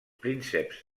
prínceps